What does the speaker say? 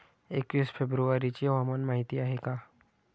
एकवीस फेब्रुवारीची हवामान माहिती आहे का?